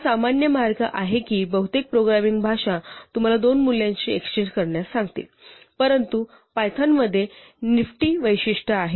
हा सामान्य मार्ग आहे की बहुतेक प्रोग्रामिंग भाषा तुम्हाला दोन मूल्यांची एक्सचेन्ज करण्यास सांगतील परंतु पायथन मध्ये निफ्टी वैशिष्ट्य आहे